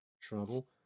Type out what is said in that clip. trouble